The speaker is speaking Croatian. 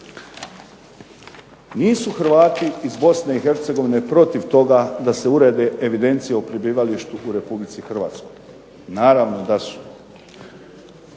Nisu Hrvati iz Bosne i Hercegovine protiv toga da se urede evidencije o prebivalištu u Republici Hrvatskoj. Međutim treba